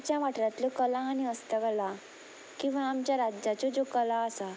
आमच्या वाठारांतल्यो कला आनी हस्तकला किंवां आमच्या राज्याच्यो ज्यो कला आसा